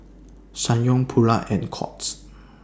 Ssangyong Pura and Courts